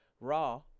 Raw